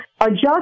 adjust